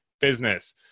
business